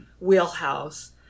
wheelhouse